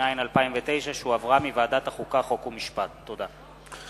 התש"ע 2009,